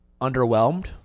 underwhelmed